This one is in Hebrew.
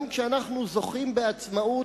גם כשאנחנו זוכים בעצמאות,